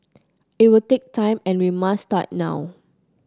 it will take time and we must start now